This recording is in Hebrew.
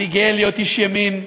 אני גאה להיות איש ימין.